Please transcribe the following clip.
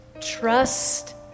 Trust